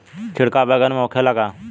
छिड़काव बैगन में होखे ला का?